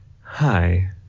hi